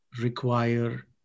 require